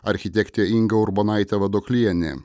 architektė inga urbonaitė vadoklienė